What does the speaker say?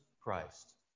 Christ